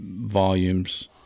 Volumes